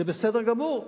זה בסדר גמור,